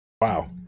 Wow